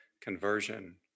conversion